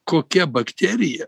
kokia bakterija